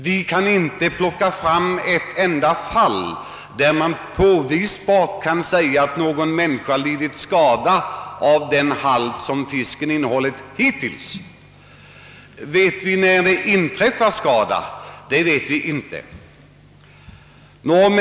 Vi kan inte plocka fram ett enda fall som med säkerhet visar att människor tar skada av den kvicksilverhalt som fisken hittills innehållit. — Vet ni när det inträffar skada? — Det vet vi inte.